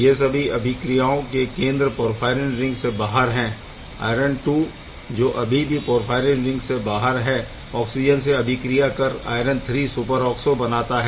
यह सभी अभिक्रियाओं के केंद्र पोरफ़ाईरिन रिंग से बाहर है आयरन II जो अभी भी पोरफ़ाईरिन रिंग से बाहर है ऑक्सिजन से अभिक्रिया कर आयरन III सुपरऑक्सो बनाता है